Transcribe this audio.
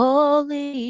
Holy